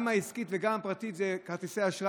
גם העסקית וגם הפרטית, הוא כרטיסי האשראי.